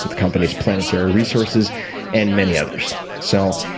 and companies planetary resources and many others. so,